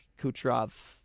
Kucherov